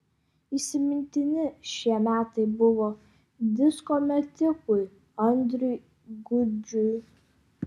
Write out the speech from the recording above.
įsimintini šie metai buvo disko metikui andriui gudžiui